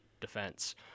defense